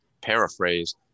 paraphrase